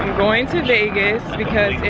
going to vegas because it